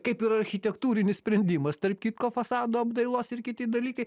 kaip ir architektūrinis sprendimas tarp kitko fasado apdailos ir kiti dalykai